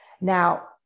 now